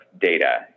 data